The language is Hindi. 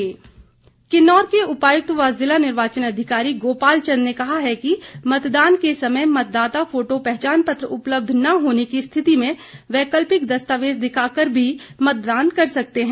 डीसी किन्नौर किन्नौर के उपायुक्त व जिला निर्वाचन अधिकारी गोपाल चंद ने कहा है कि मतदान के समय मतदाता फोटो पहचान पत्र उपलब्ध न होने की स्थिति में वैकल्पिक दस्तावेज दिखाकर भी मतदान कर सकता है